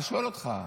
אני שואל אותך.